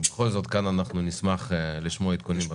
אבל בכל זאת נשמח לשמוע עדכונים בנושא.